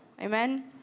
Amen